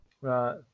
Right